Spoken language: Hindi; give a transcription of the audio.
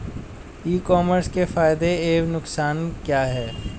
ई कॉमर्स के फायदे एवं नुकसान क्या हैं?